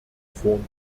form